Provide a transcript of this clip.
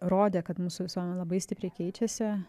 rodo kad mūsų visuomenė labai stipriai keičiasi